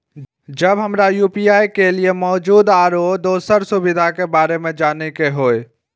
जब हमरा यू.पी.आई के लिये मौजूद आरो दोसर सुविधा के बारे में जाने के होय?